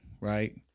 right